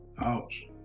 Ouch